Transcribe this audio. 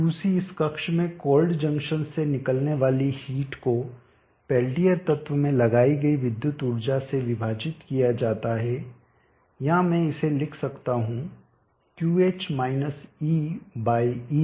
Qc इस कक्ष में कोल्ड जंक्शन से निकलने वाली हिट को पेल्टियर तत्व में लगाई गई विद्युतीय ऊर्जा से विभाजित किया जाता है या मैं इसे लिख सकता हूँ E जो है QHE 1